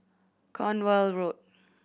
Cornwall Road